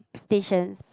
stations